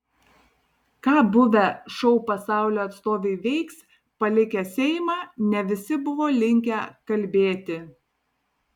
ką buvę šou pasaulio atstovai veiks palikę seimą ne visi buvo linkę kalbėti